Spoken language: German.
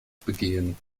begehen